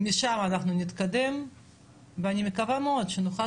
משם אנחנו נתקדם ואני מקווה מאוד שנוכל